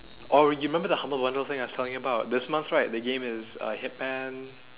or you remember the humble bundle thing I was talking about this month right the game is uh hitman